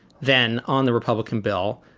then on the republican bill,